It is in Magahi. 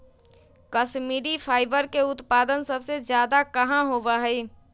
कश्मीरी फाइबर के उत्पादन सबसे ज्यादा कहाँ होबा हई?